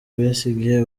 besigye